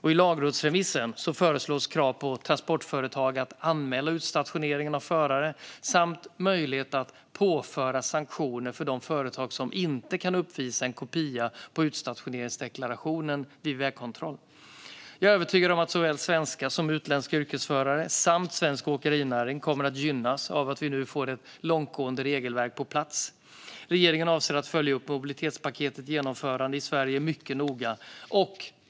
I lagrådsremissen föreslås krav på transportföretag att anmäla utstationering av förare samt möjlighet att påföra sanktioner för de företag som inte kan uppvisa en kopia på en utstationeringsdeklaration vid vägkontroll. Jag är övertygad om att såväl svenska som utländska yrkesförare samt svensk åkerinäring kommer att gynnas av att vi nu får ett långtgående regelverk på plats. Regeringen avser att följa upp mobilitetspaketets genomförande i Sverige mycket noga.